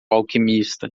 alquimista